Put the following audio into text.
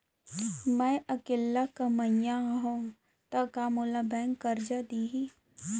मैं अकेल्ला कमईया हव त का मोल बैंक करजा दिही?